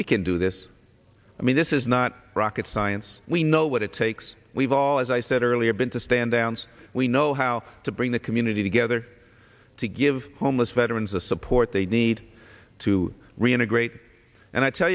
we can do this i mean this is not rocket science we know what it takes we've all as i said earlier been to stand down so we know how to bring the community together to give homeless veterans the support they need to reintegrate and i tell